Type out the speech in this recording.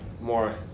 more